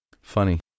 Funny